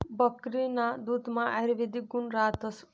बकरीना दुधमा आयुर्वेदिक गुण रातस